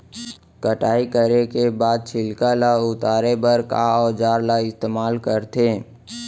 कटाई करे के बाद छिलका ल उतारे बर का औजार ल इस्तेमाल करथे?